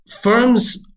firms